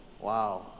wow